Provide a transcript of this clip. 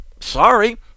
Sorry